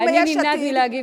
אני נמנעת מלהגיב,